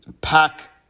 pack